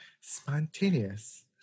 Spontaneous